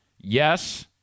Yes